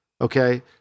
Okay